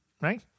Right